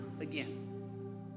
again